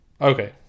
Okay